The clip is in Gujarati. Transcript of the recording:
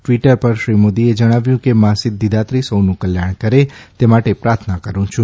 ટ્વીટર પર શ્રી મોદીએ જણાવ્યું છે કે મા સિધ્ધદાત્રી સૌનું કલ્યાણ કરે તે માટે પ્રાર્થના કરૂં છું